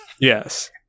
Yes